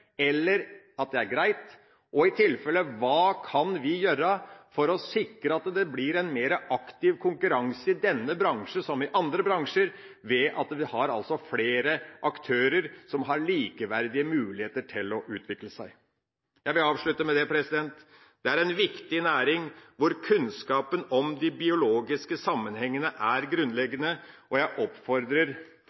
eller er det greit? I tilfelle: Hva kan vi gjøre for å sikre at det blir en mer aktiv konkurranse i denne bransjen, som i andre bransjer, ved at man har flere aktører som har likeverdige muligheter til å utvikle seg? Jeg vil avslutte med at dette er ei viktig næring hvor kunnskapen om de biologiske sammenhengene er grunnleggende. Jeg oppfordrer